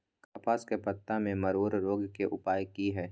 कपास के पत्ता में मरोड़ रोग के उपाय की हय?